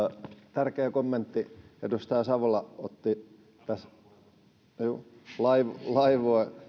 tärkeä kommentti edustaja savolalta joka otti esille tämän laivue